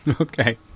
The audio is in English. Okay